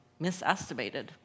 misestimated